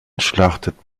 schlachtet